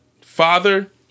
father